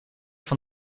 van